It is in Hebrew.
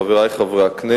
חברי חברי הכנסת,